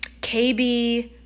KB